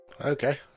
okay